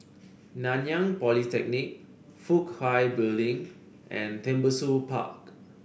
Nanyang Polytechnic Fook Hai Building and Tembusu Park